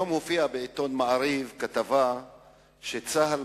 היום הופיעה בעיתון "מעריב" כתבה על שצה"ל